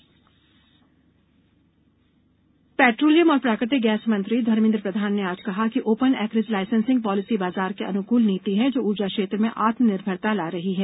प्रधान OALP petroleum और प्राकृतिक gas मंत्री धर्मेंद्र प्रधान ने आज कहा कि ओपन एकरेज लाइसेंसिंग पॉलिसी बाजार के अनुकूल नीति है जो ऊर्जा क्षेत्र में आत्मनिर्भरता ला रही है